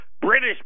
British